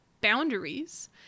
boundaries